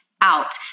out